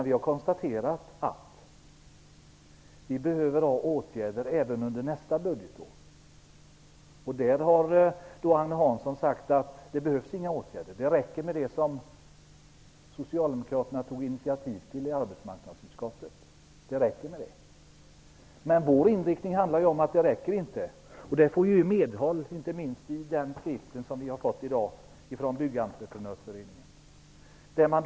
Vi har konstaterat att vi behöver ha åtgärder även under nästa budgetår. Men Agne Hansson har sagt att det inte behövs några åtgärder och att det räcker med det som socialdemokraterna i arbetsmarknadsutskottet tog initiativ till. Vår inriktning är att det inte räcker. Vi får medhåll i den skrift som vi har fått i dag från Byggentreprenörföreningen.